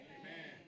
Amen